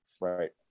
Right